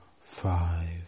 five